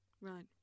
Right